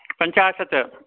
पञ्चाशत्